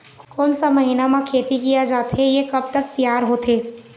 कोन सा महीना मा खेती किया जाथे ये कब तक तियार होथे?